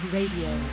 Radio